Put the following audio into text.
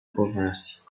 provence